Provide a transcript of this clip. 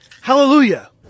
Hallelujah